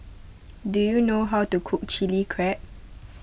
do you know how to cook Chili Crab